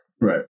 Right